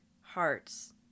hearts